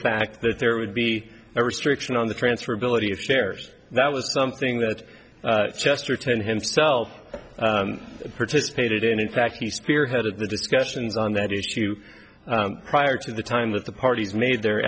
fact that there would be a restriction on the transfer ability of shares that was something that chesterton himself participated in in fact he spearheaded the discussions on that issue prior to the time with the parties made their